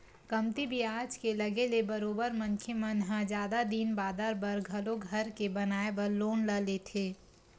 कमती बियाज के लगे ले बरोबर मनखे मन ह जादा दिन बादर बर घलो घर के बनाए बर लोन ल लेथे